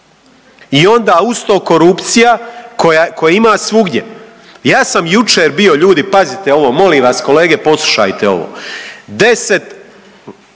I onda uz to korupcija koje ima svugdje. Ja sam jučer bio ljudi bio ljudi pazite ovo molim vas kolege poslušajte ovo,